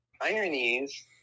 ironies